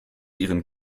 ihren